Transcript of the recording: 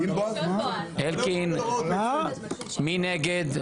מי נגד?